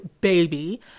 baby